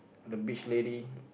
the beach lady